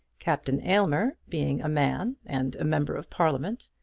captain aylmer, being a man and a member of parliament,